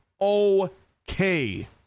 okay